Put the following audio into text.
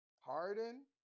Harden